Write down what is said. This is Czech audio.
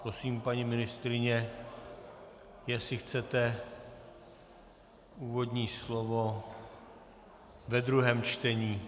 Prosím, paní ministryně, jestli chcete úvodní slovo ve druhém čtení...